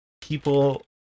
people